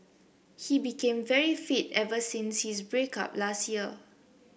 he became very fit ever since his break up last year